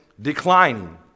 declining